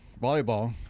volleyball